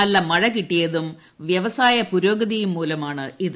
നല്ല മഴകിട്ടിയതും വൃവസായ പുരോഗതിയും മൂലമാണിത്